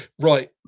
right